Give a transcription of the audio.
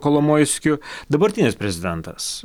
kolomojskiu dabartinis prezidentas